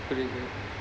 புரியுது:puriyuthu